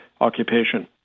occupation